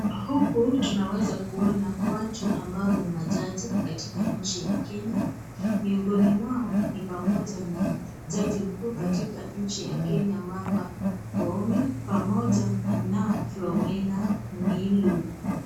Huku tunaweza kuona watu ambao ni majaji katika nchi ya Kenya. Miongoni mwao ni pamoja na jaji mkuu katika nchi ya Kenya Martha Koome pamoja na Filomena Mwilu.